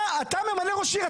אתה ממנה ראש עיר.